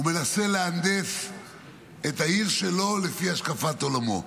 הוא מנסה להנדס את העיר שלו לפי השקפת עולמו,